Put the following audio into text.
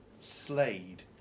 Slade